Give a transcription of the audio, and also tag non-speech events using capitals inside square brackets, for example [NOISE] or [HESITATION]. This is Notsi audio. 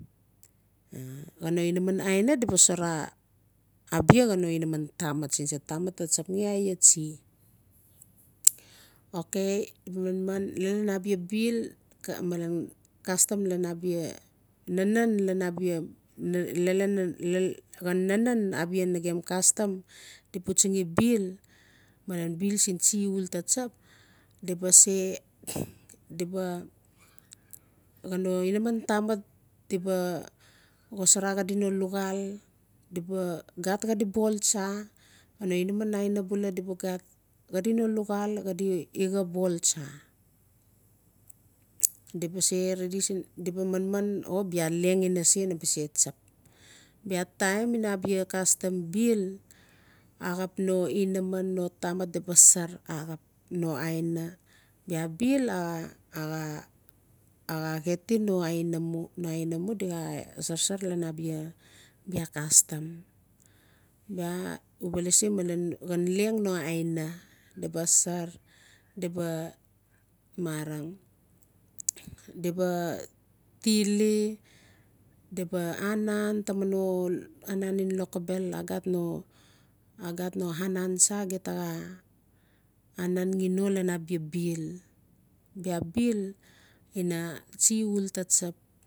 Xaa no inaman aina di ba sora abia no inaman tamat sin sa tamat a tsapgen iaa tsi okay manman lalan abia bill malen castam lan abia nanan [HESITATION] xan nanan abia nage castmam gem pustingi sin bill malen bill sin tsi uul taa tsap di ba se [NOISE] di ga xosara xaa di no luxal di ba xat axaa di bol tsa malen no inaman aina bula di ba xat xaa di no luxal xaa di ixaa boltsa di ba se redi sin id ba manman o bia leng ina se na baa tsap otaim ina castam bill axp no inaman famat di ba sar axap no aina bia bill xaa [UNINTELLIGIBLE] no aina mo di xaa sarsar lan abia castam bia u ba lasi malen xan leng no aina di ba sar di ba marang di ba tili di ba anan taman n oanan xan loxobel o xat no anan tsa anangi no lan abia bill bia bill ian tsi uul ta tsap